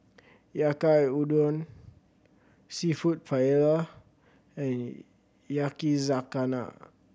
Yaki Udon Seafood Paella and Yakizakana